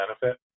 benefit